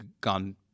gone